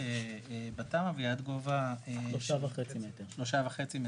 בתמ"א והיא עד גובה שלושה וחצי מטרים,